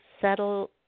settle